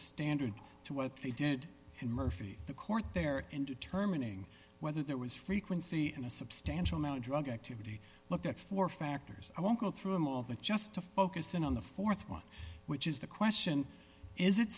standard to what they did in murphy the court there in determining whether there was frequency and a substantial amount of drug activity looked at four factors i won't go through them all but just to focus in on the th one which is the question is it